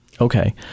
Okay